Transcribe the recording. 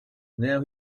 now